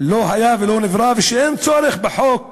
לא היה ולא נברא, ואין צורך בחוק